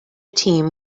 team